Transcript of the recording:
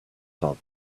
top